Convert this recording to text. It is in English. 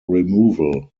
removal